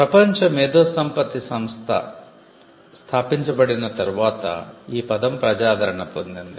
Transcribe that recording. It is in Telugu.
ప్రపంచ మేధో సంపత్తి సంస్థ స్తాపించబడిన తర్వాత ఈ పదం ప్రజాదరణ పొందింది